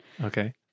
okay